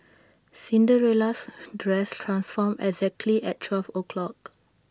Cinderella's dress transformed exactly at twelve o'clock